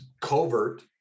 covert